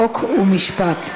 חוק ומשפט.